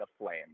aflame